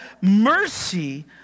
mercy